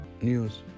news